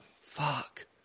fuck